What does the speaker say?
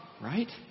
right